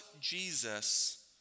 Jesus